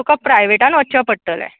तुका प्रायवेटान वच्चें पडटलें